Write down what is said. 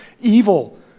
evil